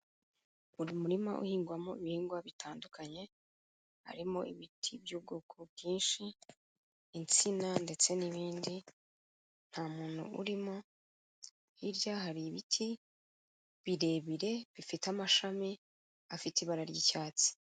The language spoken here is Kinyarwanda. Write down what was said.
Buri murima uhingwamo ibihingwa bitandukanye harimo ibiti by'ubwoko bwinshi, insina ndetse n'ibindi nta muntu urimo, hirya hari ibiti birebire bifite amashami afite ibara ry'icyatsi.